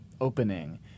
opening